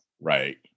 Right